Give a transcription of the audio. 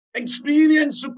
experience